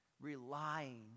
relying